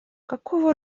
какого